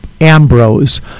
Ambrose